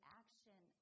action